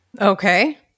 Okay